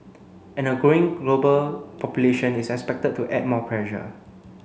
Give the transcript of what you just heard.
and a growing global population is expected to add more pressure